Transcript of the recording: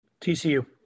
TCU